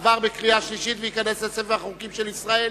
עבר בקריאה שלישית וייכנס לספר החוקים של ישראל.